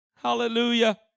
Hallelujah